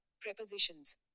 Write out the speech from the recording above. prepositions